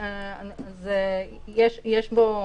יש בו